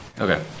Okay